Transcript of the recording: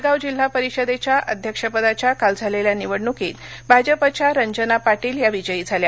जळगाव जिल्हा परिषदेच्या अध्यक्षपदाच्या काल झालेल्या निवडणूकीत भाजपाच्या रंजना पाटील ह्या विजयी झाल्या